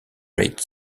rate